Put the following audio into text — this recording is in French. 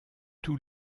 tout